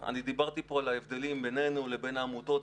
אני דיברתי פה על ההבדלים בינינו לבין העמותות,